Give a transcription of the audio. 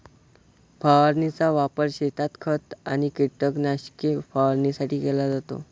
फवारणीचा वापर शेतात खत आणि कीटकनाशके फवारणीसाठी केला जातो